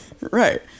Right